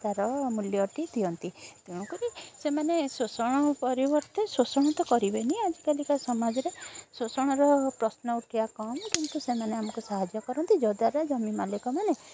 ତା'ର ମୂଲ୍ୟଟି ଦିଅନ୍ତି ତେଣୁକରି ସେମାନେ ଶୋଷଣ ପରିବର୍ତ୍ତେ ଶୋଷଣ ତ କରିବେନି ଆଜିକାଲିକା ସମାଜରେ ଶୋଷଣର ପ୍ରଶ୍ନ ଉଠିବା କମ୍ କିନ୍ତୁ ସେମାନେ ଆମକୁ ସାହାଯ୍ୟ କରନ୍ତି ଯଦ୍ଵାରା ଜମି ମାଲିକମାନେ